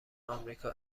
آمریکا